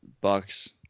Bucks